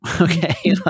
okay